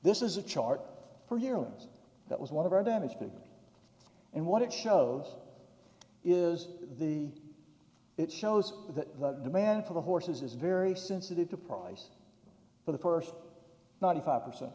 this is a chart for heroes that was one of our damage to me and what it shows is the it shows that demand for the horses is very sensitive to price for the first ninety five percent